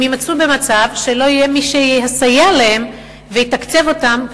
הם יימצאו במצב שלא יהיה מי שיסייע להם ויתקצב אותם,